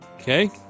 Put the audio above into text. Okay